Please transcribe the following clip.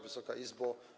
Wysoka Izbo!